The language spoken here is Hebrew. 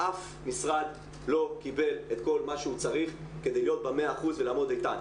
שאף משרד לא קיבל את כל מה שהוא צריך כדי להיות במאה אחוז ולעמוד איתן,